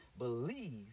Believe